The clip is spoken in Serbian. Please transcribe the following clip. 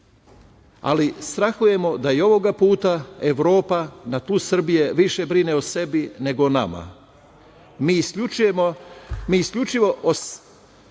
ali strahujemo da i ovoga puta Evropa na tlu Srbije više brine o sebi nego o nama. Isključivo o